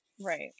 right